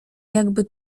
jakby